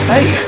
Hey